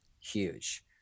huge